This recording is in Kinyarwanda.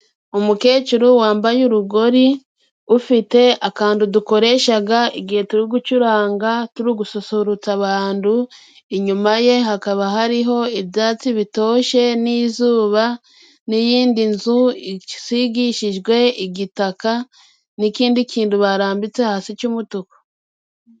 Umukecuru wambaye urugori ,ufite akantu dukoresha igihe turi gucuranga turi gususurutsa abantu, inyuma ye hakaba hariho ibyatsi bitoshye, n'izuba ,n'iyindi nzu ihomeshejwe igitaka n'ikindi kintu barambitse hasi cy'umutuku.